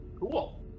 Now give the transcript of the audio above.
Cool